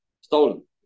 Stolen